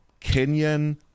Kenyan